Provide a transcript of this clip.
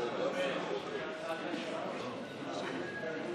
יהדות התורה וקבוצת סיעת הציונות